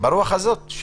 ברוח הזאת,